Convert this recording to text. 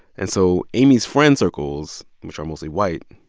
and so amy's friend circles, which are mostly white,